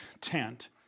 tent